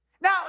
Now